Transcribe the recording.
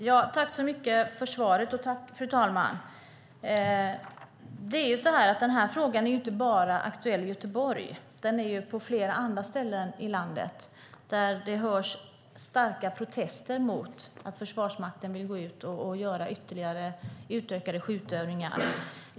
Fru talman! Tack för svaret! Den här frågan är aktuell inte bara i Göteborg, utan det handlar om flera andra ställen i landet, där det hörs starka protester mot att Försvarsmakten vill genomföra ytterligare utökade skjutövningar.